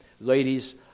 Ladies